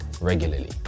regularly